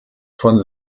von